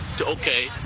okay